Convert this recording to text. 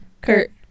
Kurt